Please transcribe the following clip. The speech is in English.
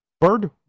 Bird